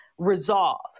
resolve